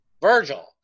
Virgil